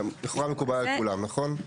תחולה מקובל על כולם, נכון?